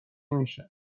میشه